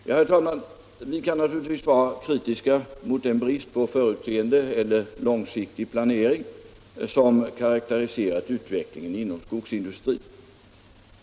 Ja, herr talman, vi kan naturligtvis vara kritiska mot den brist på förutseende eller långsiktig planering som karakteriserat utvecklingen inom skogsindustrin.